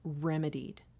remedied